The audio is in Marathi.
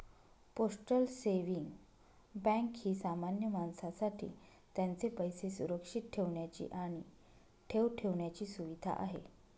पोस्टल सेव्हिंग बँक ही सामान्य माणसासाठी त्यांचे पैसे सुरक्षित ठेवण्याची आणि ठेव ठेवण्याची सुविधा आहे